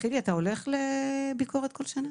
חילי, אתה הולך לביקורת כל שנה?